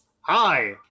Hi